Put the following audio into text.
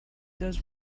those